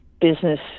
business